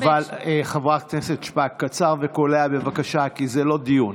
חברת הכנסת שפק, קצר וקולע, בבקשה, כי זה לא דיון.